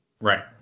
Right